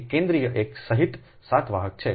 તેથી કેન્દ્રિય એક સહિત 7 વાહક છે